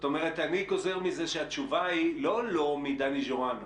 אני גוזר מזה שהתשובה היא לא 'לא' מדני ז'ורנו,